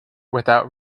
without